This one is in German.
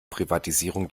privatisierung